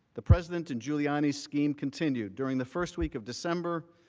the president and giuliani schemes continued during the first week of december,